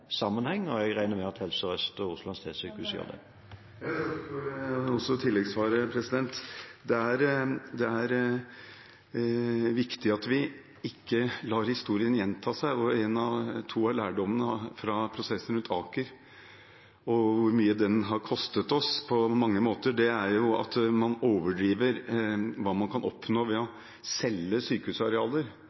sammenheng, og jeg regner med at Helse Sør-Øst og Oslo universitetssykehus gjør det. Jeg takker også for tilleggssvaret. Det er viktig at vi ikke lar historien gjenta seg. To av lærdommene fra prosessen rundt Aker og hvor mye den på mange måter har kostet oss, er at man overdriver hva man kan oppnå ved å selge sykehusarealer